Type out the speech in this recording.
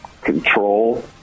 control